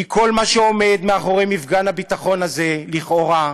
כי כל מה שעומד מאחורי מפגן הביטחון הזה, לכאורה,